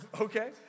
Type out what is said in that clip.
Okay